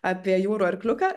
apie jūrų arkliuką